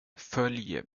följ